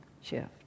shift